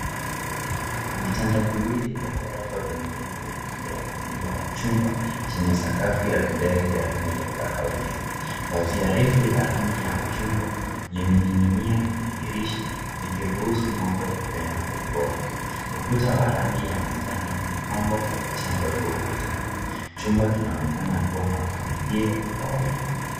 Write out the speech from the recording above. Vitanda viwili vya ghorofa vimewekwa upande wa kulia wa chumba chenye sakafu ya vigae vya rangi ya kahawia. Pazia refu la rangi ya machungwa limening'inia kwenye dirisha likiruhusu mwanga kupenya kwa upole. Ukuta wa rangi ya manjano umepambwa kwa picha ndogo ukutani. Chumba kinaonekana kuwa na mpangilio wa kawaida.